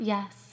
Yes